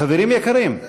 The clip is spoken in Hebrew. חברים יקרים,